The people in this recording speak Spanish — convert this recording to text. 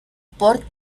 por